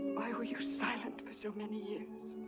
were you silent for so many years?